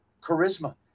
charisma